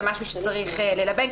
זה דבר שצריך ללבן.